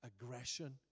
aggression